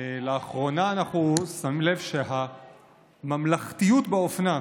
לאחרונה אנחנו שמים לב שהממלכתיות באופנה,